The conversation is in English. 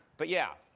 but, yeah.